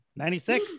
96